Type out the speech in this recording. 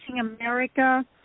America